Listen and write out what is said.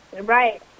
Right